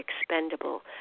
expendable